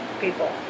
people